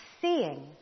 seeing